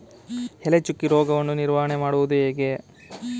ಎಲೆ ಚುಕ್ಕಿ ರೋಗವನ್ನು ನಿವಾರಣೆ ಮಾಡುವುದು ಹೇಗೆ?